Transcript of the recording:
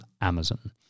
Amazon